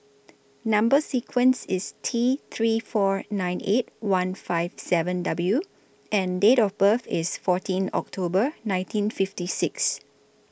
Number sequence IS T three four nine eight one five seven W and Date of birth IS fourteen October nineteen fifty six